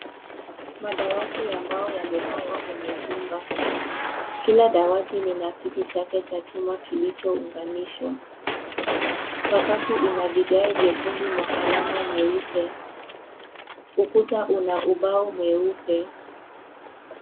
Madawati ya mbao yamepangwa kwenye chumba. Kila dawati lina kiti chake cha chuma kilichounganishwa. Sakafu ina vigai viekundu na alama nyeupe. Ukuta una ubao mweupe.